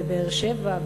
בבאר-שבע.